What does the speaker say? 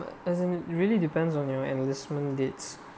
as in really depends on your enlistment dates